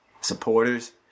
supporters